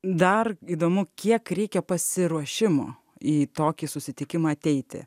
dar įdomu kiek reikia pasiruošimo į tokį susitikimą ateiti